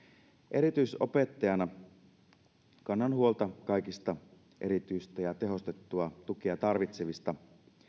erityisopettajana kannan huolta kaikista erityistä ja tehostettua tukea tarvitsevista